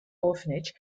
orphanage